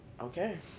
okay